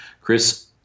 Chris